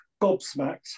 gobsmacked